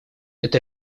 это